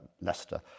Leicester